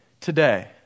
today